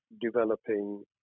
developing